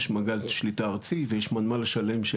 יש מעגל שליטה ארצי ויש --- שמטפל,